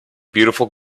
beautiful